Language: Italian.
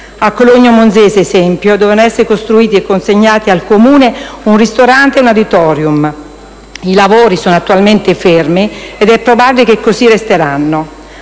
A Cologno Monzese, ad esempio, dovevano essere costruiti e consegnati al Comune un ristorante e un *auditorium*. I lavori sono attualmente fermi ed è probabile che così resteranno.